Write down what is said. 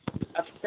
upset